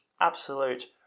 absolute